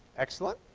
excellent.